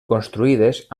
construïdes